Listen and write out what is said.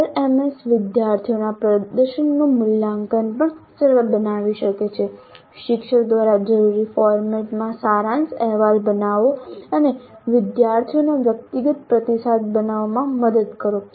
LMS વિદ્યાર્થીઓના પ્રદર્શનનું મૂલ્યાંકન પણ સરળ બનાવી શકે છે શિક્ષક દ્વારા જરૂરી ફોર્મેટમાં સારાંશ અહેવાલ બનાવો અને વિદ્યાર્થીઓને વ્યક્તિગત પ્રતિસાદ બનાવવામાં મદદ કરો